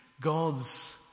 God's